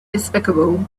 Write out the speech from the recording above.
despicable